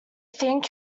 think